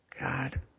God